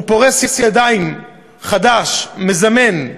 הוא פורס ידיים, חדש, מזמֵן.